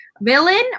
Villain